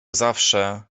zawsze